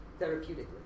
therapeutically